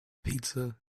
pizza